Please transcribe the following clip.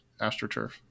AstroTurf